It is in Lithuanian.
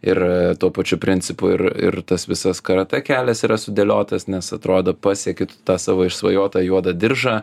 ir tuo pačiu principu ir ir tas visas karatė kelias yra sudėliotas nes atrodo pasieki tu tą savo išsvajotą juodą diržą